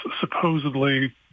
supposedly